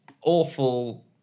awful